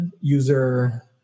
user